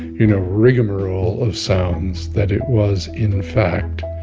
you know, rigmarole of sounds that it was, in fact,